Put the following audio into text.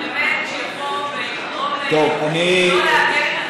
באמת שיבוא ויגרום להם לא לעגן את הנשים,